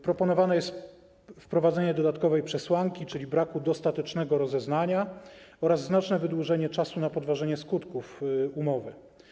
Proponowane jest wprowadzenie dodatkowej przesłanki, czyli braku dostatecznego rozeznania, oraz znaczne wydłużenie czasu na podważenie skutków umowy.